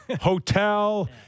hotel